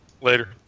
Later